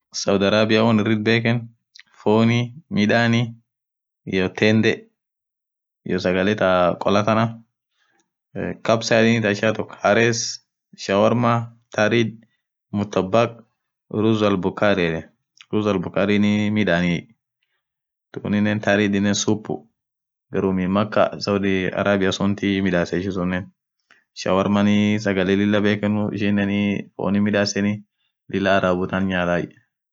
saud Arabia won irritbeken foni midani iyyo tende iyoo sagale tha kolathana kapsa yedeni tha ishiaatok shawarma tarid mutabak uruzalbukhari yeden aruzalbukharin midaniyey thokinen taari yedeni supu garumii makka saudii arabiyat suntii midaseniey ishisunen shawarmanii sagale lila bekhenu ishinenin fonin midaseni Lila arabutant nyatay